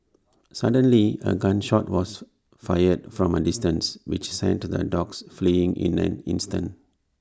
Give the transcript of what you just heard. suddenly A gun shot was fired from A distance which sent the dogs fleeing in an instant